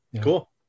Cool